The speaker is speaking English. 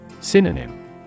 Synonym